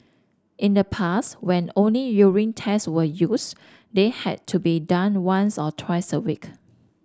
in the past when only urine tests were used they had to be done once or twice a week